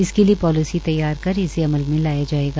इसके लिए पालिसी तैयार कर इसे अमल में लाया जायेगा